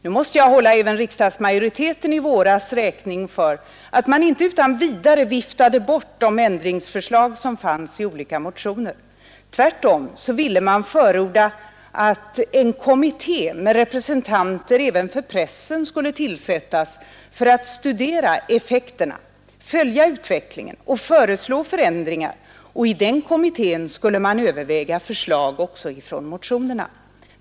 Nu måste jag hålla även riksdagsmajoriteten i våras räkning för att man inte utan vidare viftade bort de ändringsförslag som fanns i olika motioner. Tvärtom ville man förorda att en kommitté med representanter även för pressen skulle tillsättas för att studera effekterna, följa utvecklingen och föreslå ändringar, och i den kommittén skulle man också överväga förslag från motionerna.